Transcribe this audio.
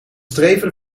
streven